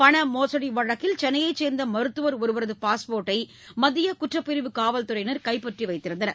பணமோசடி வழக்கில் சென்னையைச் சேர்ந்த மருத்துவர் ஒருவரது பாஸ்போட்டை மத்திய குற்றப்பிரிவு காவல்துறையினர் கைப்பற்றி வைத்திருந்தனர்